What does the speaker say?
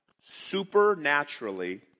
supernaturally